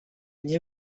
nie